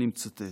אני מצטט: